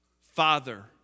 Father